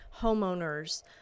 homeowners